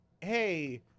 hey